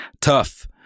tough